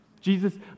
Jesus